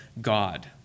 God